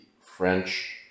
French